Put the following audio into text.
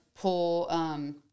Pull